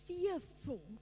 Fearful